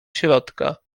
środka